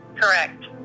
Correct